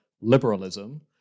liberalism